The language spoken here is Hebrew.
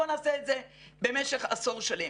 בואו נעשה את זה במשך עשור שלם.